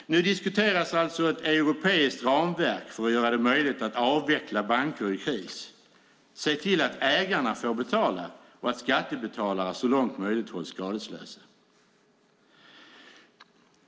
Nu diskuteras alltså ett europeiskt ramverk för att göra det möjligt att avveckla banker i kris, se till att ägarna får betala och att skattebetalare så långt möjligt hålls skadeslösa.